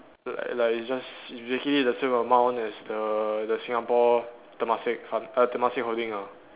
like like it's just it's basically the same amount as the the Singapore Temasek fund uh Temasek holding lah